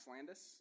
Landis